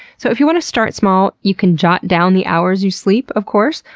so if you want to start small, you can jot down the hours you sleep, of course,